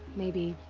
maybe.